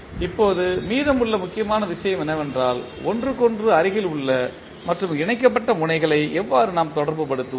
இப்போது மீதமுள்ள முக்கியமான விஷயம் என்னவென்றால் ஒன்றுக்கொன்று அருகிலுள்ள மற்றும் இணைக்கப்பட்ட முனைகளை எவ்வாறு நாம் தொடர்பு படுத்துவோம்